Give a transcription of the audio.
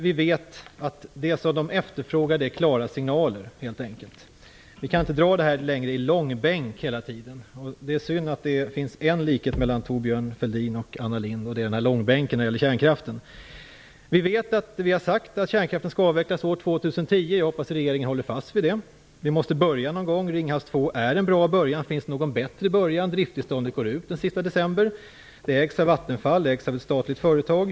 Vi vet att vad bolagen efterfrågar är helt enkelt klara signaler. Vi kan inte dra detta i långbänk hela tiden. Det är synd att det finns en likhet mellan Thorbjörn Fälldin och Anna Lindh. Det är långbänken när det gäller kärnkraften. Vi vet att vi har sagt att kärnkraften skall avvecklas år 2010. Jag hoppas att regeringen håller fast vid det. Vi måste börja någon gång. Ringhals 2 är en bra början. Finns det någon bättre början? Driftstillståndet går ut den sista december. Ringhals 2 ägs av Vattenfall, ett statligt företag.